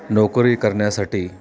नोकरी करण्यासाठी